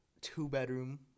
two-bedroom